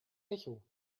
echo